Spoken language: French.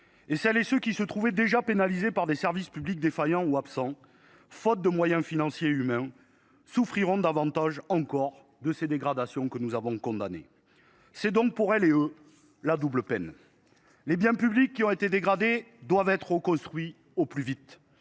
Celles et ceux qui se trouvaient déjà pénalisés par des services publics défaillants ou absents, faute de moyens financiers et humains, souffriront davantage encore de ces dégradations, que nous avons condamnées. Pour ces femmes et ces hommes, c’est donc la double peine. Les biens publics qui ont été détériorés doivent être reconstruits au plus vite.